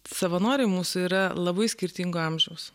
savanoriai mūsų yra labai skirtingo amžiaus